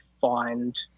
find